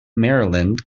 maryland